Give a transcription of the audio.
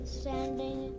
standing